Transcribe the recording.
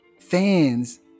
Fans